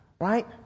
right